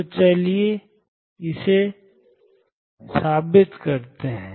तो चलिए इसे साबित करते हैं